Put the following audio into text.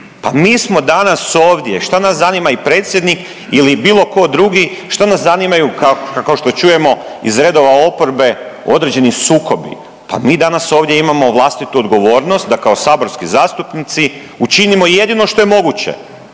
pa mi smo danas ovdje, šta nas zanima i predsjednik ili bilo tko drugi, što nas zanimaju, kao što čujemo iz redova oporbe, određeni sukobi. Pa mi danas ovdje imamo vlastitu odgovornost da kao saborski zastupnici učinimo jedino što je moguće,